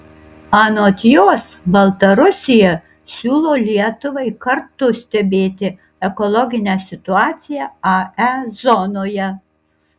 anot jos baltarusija siūlo lietuvai kartu stebėti ekologinę situaciją ae zonoje